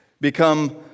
become